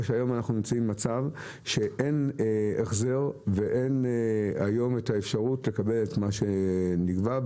היום אנחנו במצב שאין החזר ואין אפשרות לקבל את מה שנגבה,